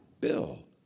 bill